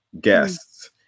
guests